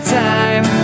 time